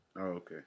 Okay